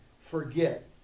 forget